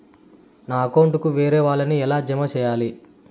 నా అకౌంట్ కు వేరే వాళ్ళ ని ఎలా జామ సేయాలి?